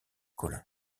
collin